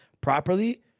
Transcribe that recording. properly